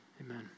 Amen